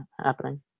happening